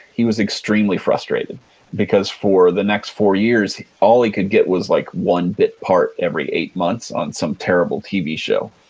he was extremely frustrated because, for the next four years, all he could get was like one bit part every eight months on some terrible tv show.